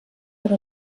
per